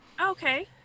Okay